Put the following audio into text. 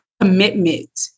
commitment